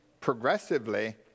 progressively